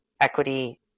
equity